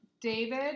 David